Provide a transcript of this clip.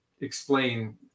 explain